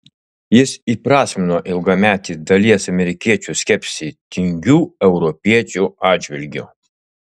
jis įprasmino ilgametį dalies amerikiečių skepsį tingių europiečių atžvilgiu